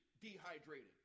dehydrated